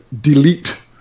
delete